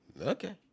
Okay